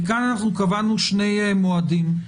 פה קבענו שני מועדים: